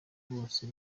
bose